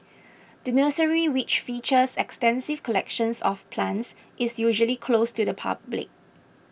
the nursery which features extensive collections of plants is usually closed to the public